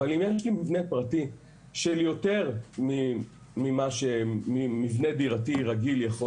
אבל אם יש לי מבנה פרטי של יותר ממה שמבנה דירתי רגיל יכול